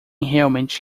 realmente